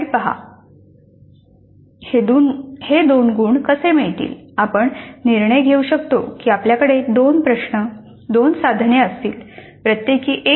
आपण निर्णय घेऊ शकतो की आपल्याकडे दोन प्रश्न दोन साधने असतील प्रत्येकी 1 गुण